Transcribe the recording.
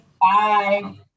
Bye